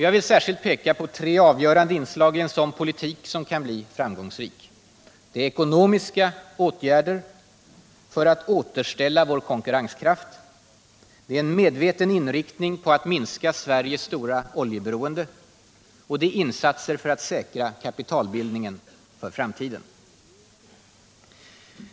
Jag vill särskilt peka på tre avgörande inslag i en sådan politik som kan bli framgångsrik: ekonomiska åtgärder för att säkerställa vår konkurrenskraft, en medveten inriktning på att minska Sveriges stora oljeberoende samt insatser för att säkra kapitalbildningen för framtiden.